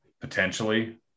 potentially